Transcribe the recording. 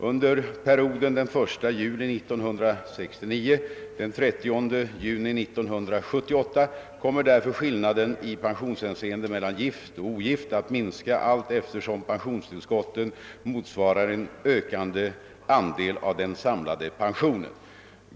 Under perioden den 1 juli 1969—den 30 juni 1978 kommer därför skillnaden i pensionshänseende mellan gift och ogift att minska allteftersom pensionstillskotten motsvarar en ökande andel av den samlade pensionen.